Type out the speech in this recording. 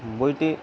বইটি